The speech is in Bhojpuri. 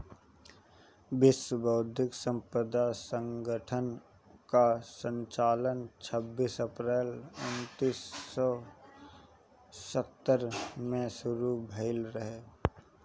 विश्व बौद्धिक संपदा संगठन कअ संचालन छबीस अप्रैल उन्नीस सौ सत्तर से शुरू भयल रहे